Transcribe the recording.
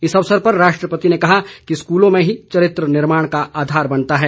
इस अवसर पर राष्ट्रपति ने कहा कि स्कूलों में ही चरित्र निर्माण का आधार बनता है